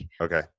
okay